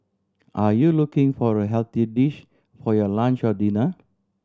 are you looking for a healthy dish for your lunch or dinner